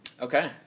Okay